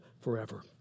forever